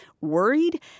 Worried